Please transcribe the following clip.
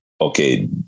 okay